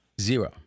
Zero